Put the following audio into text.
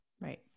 right